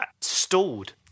stalled